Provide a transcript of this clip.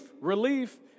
relief